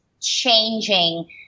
changing